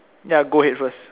ya go ahead first